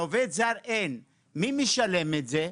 מי משלם את זה?